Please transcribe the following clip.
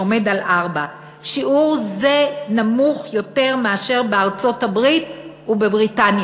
שעומד על 4. שיעור זה נמוך יותר מאשר בארצות-הברית ובבריטניה.